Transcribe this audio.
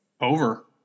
Over